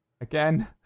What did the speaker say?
Again